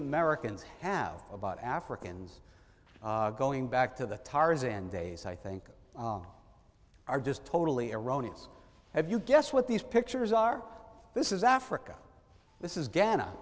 americans have about africans going back to the tarzan days i think are just totally erroneous if you guess what these pictures are this is africa this is